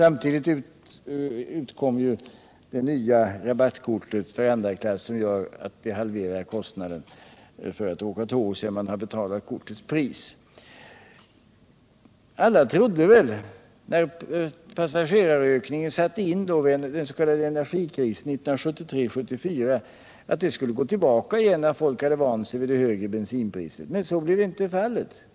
Alla trodde väl, när passagerarökningen satte in vid den s.k. energikrisen 1973-1974, att passagerarna skulle gå tillbaka igen när man vant sig vid det högre bensinpriset. Men så har inte blivit fallet.